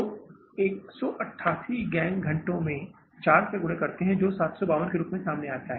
तो 188 गैंग घंटे में 4 गुणे करते है जो 752 के रूप में आता है